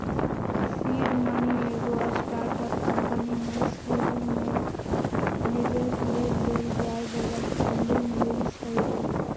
seed money एगो startup company में शुरुमे निवेश लेल देल जाय बला फंडिंग होइ छइ